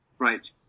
Right